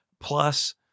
plus